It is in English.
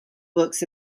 books